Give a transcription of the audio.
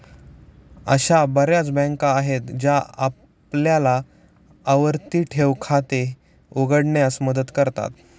अशा बर्याच बँका आहेत ज्या आपल्याला आवर्ती ठेव खाते उघडण्यास मदत करतात